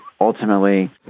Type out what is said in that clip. ultimately